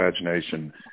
imagination